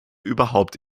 überhaupt